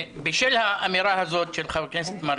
בשל האמירה הזו של חבר הכנסת מרגי,